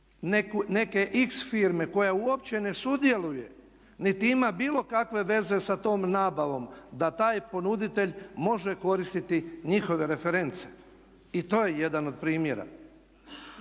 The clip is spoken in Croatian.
neke X firme koja uopće ne sudjeluje niti ima bilo kakve veze sa tom nabavom da taj ponuditelj može koristiti njihove reference i to je jedan od primjera.